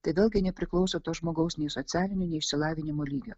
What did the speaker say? tai vėlgi nepriklauso to žmogaus nei socialinio nei išsilavinimo lygio